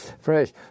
fresh